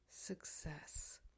success